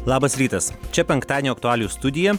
labas rytas čia penktadienio aktualijų studija